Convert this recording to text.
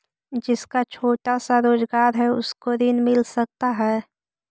जिसका छोटा सा रोजगार है उसको ऋण मिल सकता है?